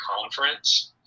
conference